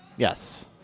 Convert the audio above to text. Yes